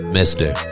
Mister